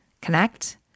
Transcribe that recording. connect